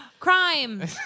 crime